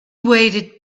waited